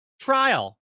trial